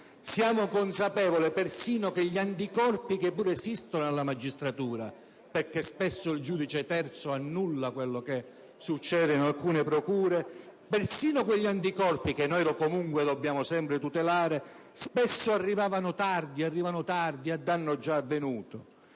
siamo consapevoli che gli anticorpi, che pure esistono nella magistratura, perché spesso il giudice terzo annulla ciò che succede in alcune procure, persino quegli anticorpi che comunque dobbiamo sempre tutelare, spesso arrivavano tardi, a danno già avvenuto.